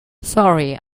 sorry